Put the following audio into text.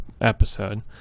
episode